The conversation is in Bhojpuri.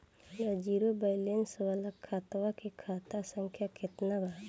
हमार जीरो बैलेंस वाला खतवा के खाता संख्या केतना बा?